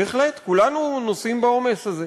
בהחלט, כולנו נושאים בעומס הזה.